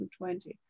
2020